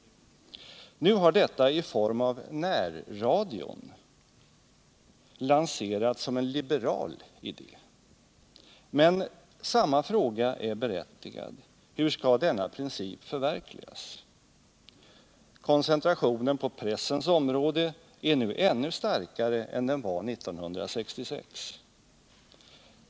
Nu har detta i form av närradion lanserats som en liberal idé. Men samma fråga är berättigad här: Hur skall denna princip förverkligas? Koncentrationen på pressens område är nu ännu starkare än den var 1966.